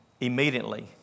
Immediately